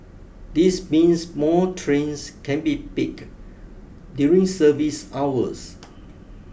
this means more trains can be pack during service hours